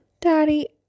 Daddy